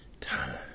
time